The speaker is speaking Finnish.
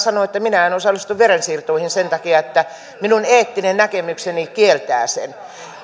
sanoo että minä en osallistu verensiirtoihin sen takia että minun eettinen näkemykseni kieltää sen